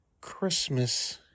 Christmas